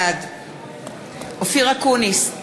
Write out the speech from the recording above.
בעד אופיר אקוניס,